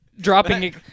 Dropping